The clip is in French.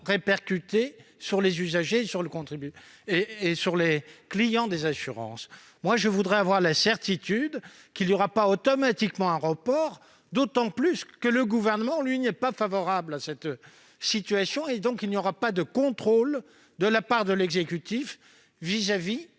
répercutée sur les usagers et sur les clients des assurances. Pour ma part, j'aimerais avoir la certitude qu'il n'y aura pas automatiquement un tel report, d'autant que, le Gouvernement n'étant pas favorable à cette solution, il n'y aura pas de contrôle de la part de l'exécutif vis-à-vis